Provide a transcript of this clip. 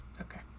Okay